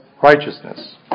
righteousness